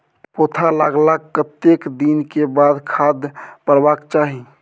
पौधा लागलाक कतेक दिन के बाद खाद परबाक चाही?